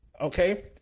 okay